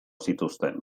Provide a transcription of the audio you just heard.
zituzten